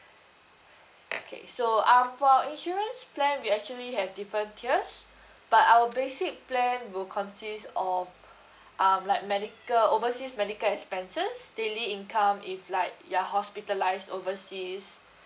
okay so um for insurance plan we actually have different tiers but our basic plan will consist of um like medical overseas medical expenses daily income if like you're hospitalised overseas